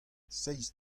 seizh